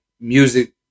music